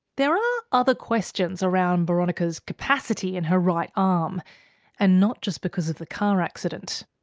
there are other questions around boronika's capacity in her right arm and not just because of the car accident.